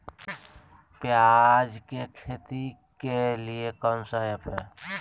प्याज के खेती के लिए कौन ऐप हाय?